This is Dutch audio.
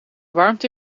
warmte